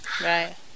right